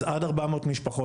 אז עד 400 משפחות,